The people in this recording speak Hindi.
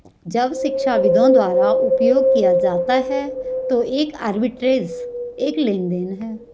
जब शिक्षाविदों द्वारा उपयोग किया जाता है तो एक आर्बिट्रेज एक लेनदेन है